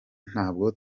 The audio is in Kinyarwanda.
ntabwo